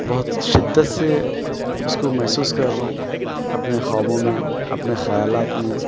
بہت شدت سے اس کو محسوس کر رہا ہوں اپنے خوابوں میں اپنے خیالات میں